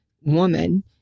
woman